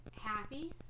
happy